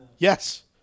Yes